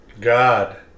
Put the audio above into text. God